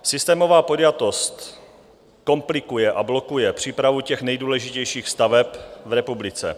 Systémová podjatost komplikuje a blokuje přípravu těch nejdůležitějších staveb v republice.